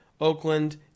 Oakland